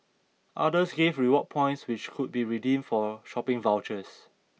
others gave rewards points which could be redeemed for shopping vouchers